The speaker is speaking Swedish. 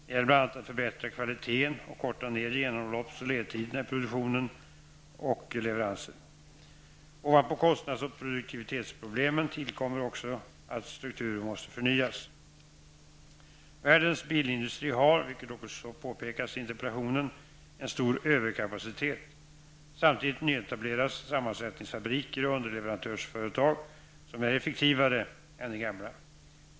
Det gäller bl.a. att förbättra kvaliteten och korta ner genomlopps och ledtiderna i produktion och leveranser. Ovanpå kostnads och produktivitetsproblemen tillkommer också att strukturer måste förnyas. Världens bilindustri har, vilket också påpekas i interpellationen, en stor överkapacitet. Samtidigt nyetableras sammansättningsfabriker och underleverantörsföretag, som är effektivare än de gamla.